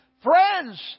Friends